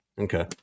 Okay